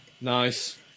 Nice